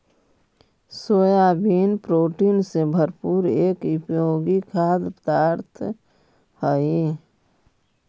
soybean protein से भरपूर एक उपयोगी खाद्य पदार्थ हई